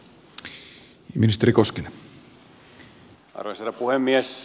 arvoisa herra puhemies